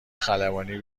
خلبانی